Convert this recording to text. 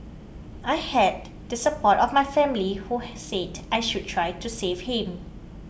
I had the support of my family who said I should try to save him